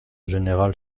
général